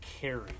carry